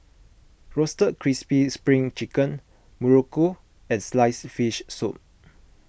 Roasted Crispy Spring Chicken Muruku and Sliced Fish Soup